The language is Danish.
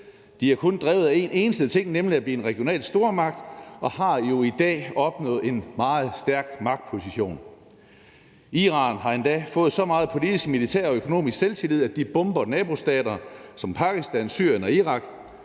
De er kun drevet af en eneste ting, nemlig at blive en regional stormagt, og de har jo i dag opnået en meget stærk magtposition. Iran har endda fået så meget politisk, militær og økonomisk selvtillid, at de bomber nabostater som Pakistan, Syrien og Irak.